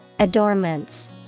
Adornments